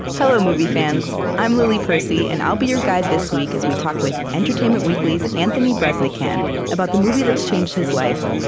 hello, movie fans. i'm lily percy, and i'll be your guide this week as we talk with entertainment weekly's anthony breznican about the movie that's changed his life,